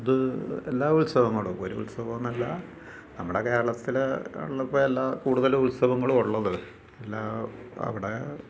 അത് എല്ലാ ഉത്സവങ്ങളും ഒരു ഉത്സവമെന്നല്ല നമ്മുടെ കേരളത്തിൽ ആണല്ലോ അപ്പം എല്ലാ കൂടുതലും ഉത്സവങ്ങളും ഉള്ളത് പിന്നെ അവിടെ